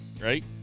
right